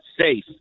safe